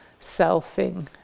selfing